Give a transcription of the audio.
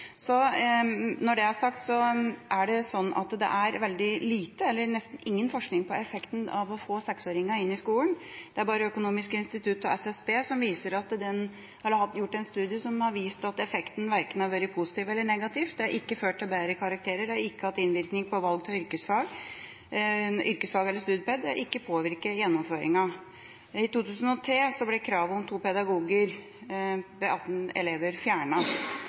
Når det er sagt, er det veldig lite – eller nesten ingen – forskning på effekten av å få 6-åringene inn i skolen. Det er bare Økonomisk institutt og SSB som har gjort en studie, som viser at effekten verken har vært positiv eller negativ. Det har ikke ført til bedre karakterer, det har ikke hatt innvirkning på valg av yrkesfag eller studiespesialisering, og det har ikke påvirket gjennomføringen. I 2003 ble kravet om to pedagoger ved 18 elever